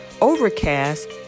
Overcast